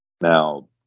Now